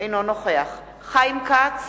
אינו נוכח חיים כץ,